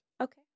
Okay